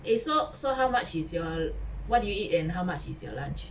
eh so so how much is your what did you eat and how much is your lunch